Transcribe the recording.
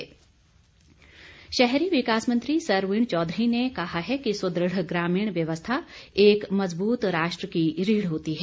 सरवीण शहरी विकास मंत्री सरवीण चौधरी ने कहा है कि सुदृढ़ ग्रामीण व्यवस्था एक मजबूत राष्ट्र की रीढ़ होती है